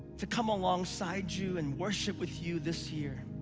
to come alongside you and worship with you this year.